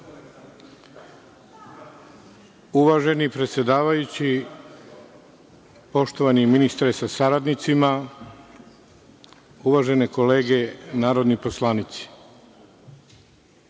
Uvaženi predsedavajući, poštovani ministre sa saradnicima, uvažene kolege narodni poslanici,